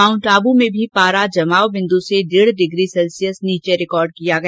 mount Abu में भी पारा जमाव बिंदु से डेढ़ डिग्री नीचे रिकॉर्ड किया गया